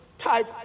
type